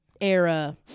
era